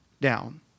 down